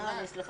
הישיבה